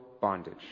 bondage